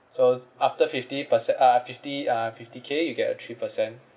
so after fifty perce~ uh fifty uh fifty K you get uh three percent